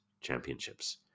championships